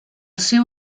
seu